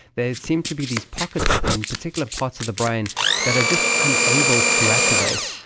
there seem to be these pockets in particular parts of the brain that are just unable to activate.